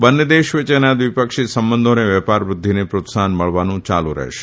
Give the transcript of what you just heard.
બંને દેશ વચ્ચેના દ્વિપક્ષી સંબંધો અને વેપાર વૃધ્ધિને પ્રોત્સાહન મળવાનું યાલુ રહેશે